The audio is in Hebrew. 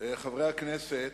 חברי הכנסת,